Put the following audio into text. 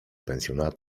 pensjona